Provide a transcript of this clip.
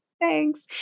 Thanks